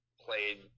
played